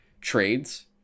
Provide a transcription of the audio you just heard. trades